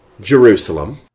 Jerusalem